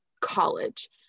college